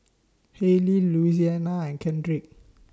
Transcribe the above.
Hailey Louisiana and Kendrick